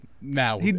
Now